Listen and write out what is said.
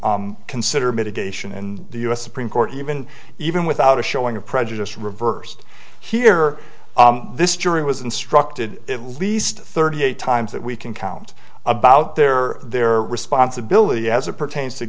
to consider mitigation in the u s supreme court even even without a showing of prejudice reversed here this jury was instructed at least thirty eight times that we can count about their their responsibility as it pertains to